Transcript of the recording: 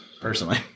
personally